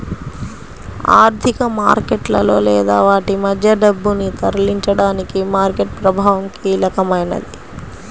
ఆర్థిక మార్కెట్లలో లేదా వాటి మధ్య డబ్బును తరలించడానికి మార్కెట్ ప్రభావం కీలకమైనది